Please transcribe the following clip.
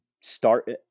start